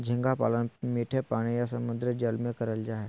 झींगा पालन मीठे पानी या समुंद्री जल में करल जा हय